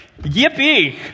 yippee